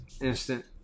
instant